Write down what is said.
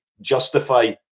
justify